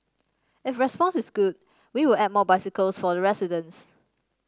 if response is good we will add more bicycles for the residents